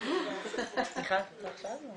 מיכל, את רוצה עכשיו?